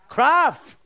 Craft